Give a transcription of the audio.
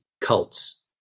cults